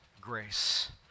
grace